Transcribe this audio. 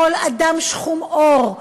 כל אדם שחום עור,